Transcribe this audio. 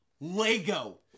Lego